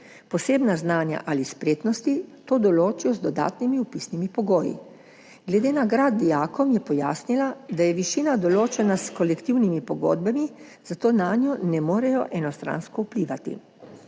posebna znanja ali spretnosti, to določijo z dodatnimi vpisnimi pogoji. Glede nagrad dijakom je pojasnila, da je višina določena s kolektivnimi pogodbami, zato nanjo ne morejo enostransko vplivati.